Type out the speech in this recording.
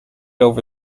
over